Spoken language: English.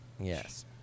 Yes